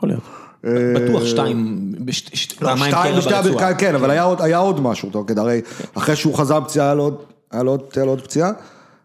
‫יכול להיות. ‫-בטוח שתיים. ‫שתיים, כן, אבל היה עוד משהו. הרי, ‫אחרי שהוא חזר מהפציעה, ‫היה לו עוד פציעה,